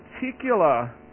particular